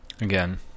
again